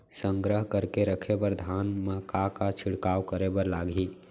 संग्रह करके रखे बर धान मा का का छिड़काव करे बर लागही?